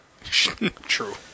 true